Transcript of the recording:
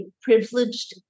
privileged